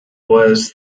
was